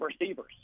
receivers